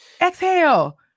Exhale